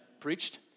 preached